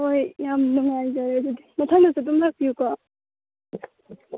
ꯍꯣꯏ ꯌꯥꯝ ꯅꯨꯡꯉꯥꯏꯖꯔꯦ ꯑꯗꯨꯗꯤ ꯃꯊꯪꯗꯁꯨ ꯑꯗꯨꯝ ꯂꯥꯛꯄꯤꯌꯨꯀꯣ